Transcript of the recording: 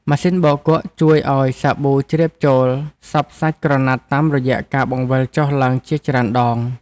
ម៉ាស៊ីនបោកគក់ជួយឱ្យសាប៊ូជ្រាបចូលសព្វសាច់ក្រណាត់តាមរយៈការបង្វិលចុះឡើងជាច្រើនដង។